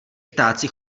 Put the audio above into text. ptáci